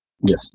Yes